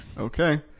Okay